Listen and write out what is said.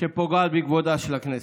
שפוגעת בכבודה של הכנסת,